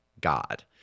God